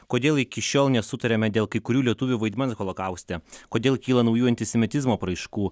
kodėl iki šiol nesutariame dėl kai kurių lietuvių vaidmens holokauste kodėl kyla naujų antisemitizmo apraiškų